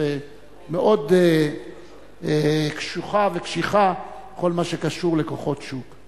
מאוד קשוחה וקשיחה בכל מה שקשור לכוחות שוק.